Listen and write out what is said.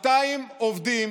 200 עובדים